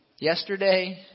yesterday